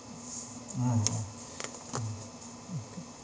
ah ya ah okay